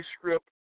script